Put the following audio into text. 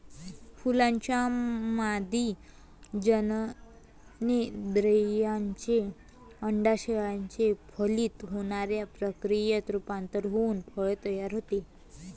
फुलाच्या मादी जननेंद्रियाचे, अंडाशयाचे फलित होण्याच्या प्रक्रियेत रूपांतर होऊन फळ तयार होते